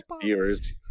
viewers